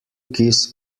kiss